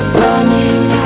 running